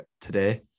today